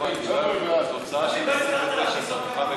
הכנסת (תיקון מס' 45)